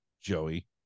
Joey